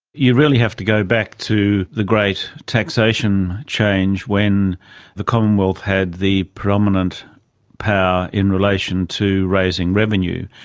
you really have to go back to the great taxation change when the commonwealth had the predominant power in relation to raising revenue,